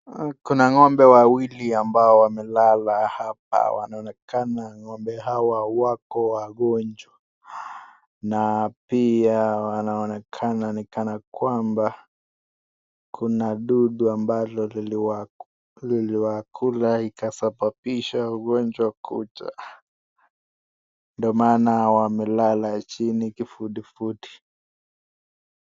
Kuna ngombe wawili ambao wamelala hapa wanaonekana ngombe hawa wako wagonjwa na pia wanonekana ni kana kwamba kuna dudu ambalo liliwakula ikasababisha ugonjwa kuja ndo maana wamelala chini kifudifudi.